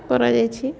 କରାଯାଇଛି